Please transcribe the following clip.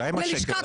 די עם השקר הזה.